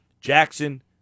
Jackson